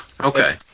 Okay